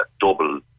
double